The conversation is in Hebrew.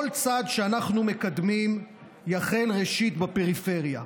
כל צעד שאנחנו מקדמים הוא אכן ראשית בפריפריה.